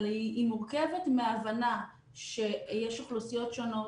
אבל היא מורכבת מהבנה שיש אוכלוסיות שונות